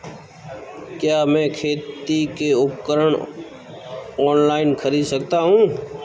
क्या मैं खेती के उपकरण ऑनलाइन खरीद सकता हूँ?